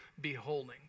beholding